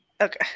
Okay